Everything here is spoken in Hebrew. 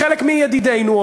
חלק מידידינו,